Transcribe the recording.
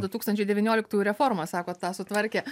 du tūkstančiai devynioliktųjų reforma sakot tą sutvarkė